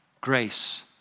grace